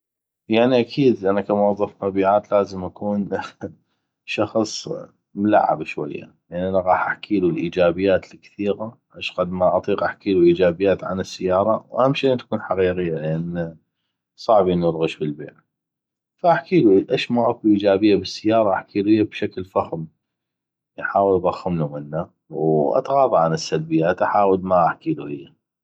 يعني اكيد أنا ك موظف مبيعات لازم أكون شخص ملعب شويه لان أنا غاح احكيلو الايجابيات الكثيغه اشقد ما اطيق احكيلو ايجابيات عن السياره وياهم شي ان تكون حقيقية لان صعبي أن تكون غش بالبيع ف احكيلو اش ما اكو ايجابيه بالسياره احكيلو بشكل فخم احاول اضخملو منه واتغاضى عن السلبيات احاول ما احكيلو هيه